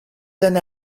than